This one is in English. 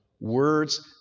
words